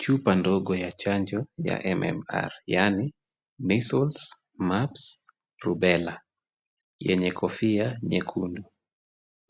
Chupa ndogo ya chanjo ya MMR yaani Measles, Mumps, Rubella yenye kofia nyekundu.